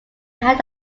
had